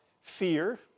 fear